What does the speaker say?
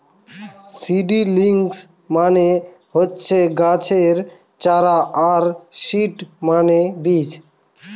seedlings মানে হচ্ছে গাছের চারা আর সিড মানে বীজ